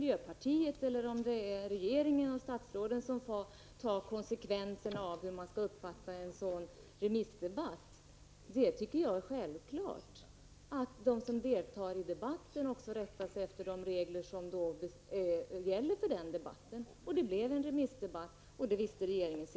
Jag tycker då att det är självklart att de som deltar i debatten rättar sig efter de regler som gäller för debatten. Det blev en remissdebatt, och det kände man i regeringen till.